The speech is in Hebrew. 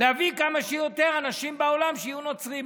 להביא כמה שיותר אנשים בעולם שיהיו נוצרים.